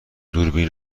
دوربینم